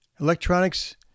Electronics